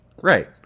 Right